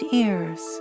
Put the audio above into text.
ears